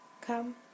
come